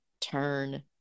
turn